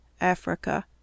Africa